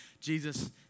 Jesus